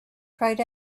cried